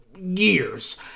years